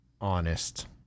honest